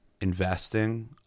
investing